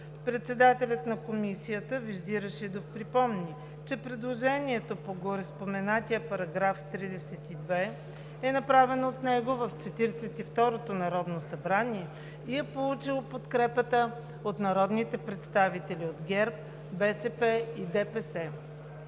Председателят на Комисията Вежди Рашидов припомни, че предложението по гореспоменатия § 32 е направено от него в 42-ото Народно събрание и е получило подкрепа от народни представители от ГЕРБ, БСП и ДПС.